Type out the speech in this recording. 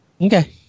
okay